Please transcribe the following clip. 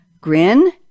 Grin